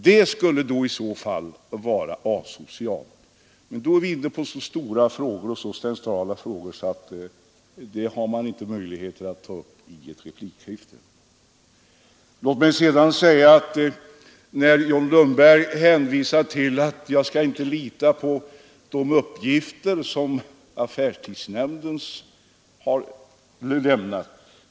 Detta skulle i så fall vara asocialt, men då kommer vi in på så stora och centrala frågor att det inte finns någon möjlighet att ta upp dem i ett replikskifte. Herr John Lundberg sade att jag inte bör lita på de uppgifter som affärstidsnämnden har lämnat.